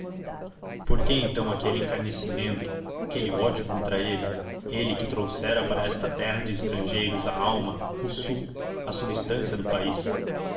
por que então aquele encarniçamento aquele ódio contra ele ele que trouxera para esta terra de estrangeiros a alma o suco a substância do país